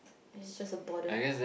it's just a bother